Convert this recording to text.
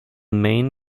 main